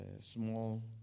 small